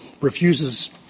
refuses